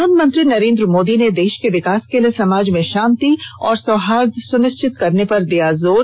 प्रधानमंत्री नरेन्द्र मोदी ने देश के विकास के लिए समाज में शांति और सौहार्द सुनिश्चित करने पर दिया जोर